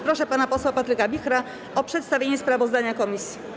Proszę pana posła Patryka Wichra o przedstawienie sprawozdania komisji.